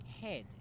head